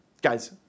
Guys